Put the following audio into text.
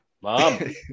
mom